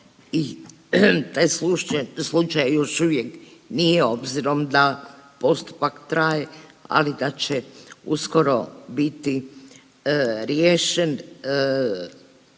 i taj slučaj još uvijek nije obzirom da postupak traje, ali da će uskoro biti riješen.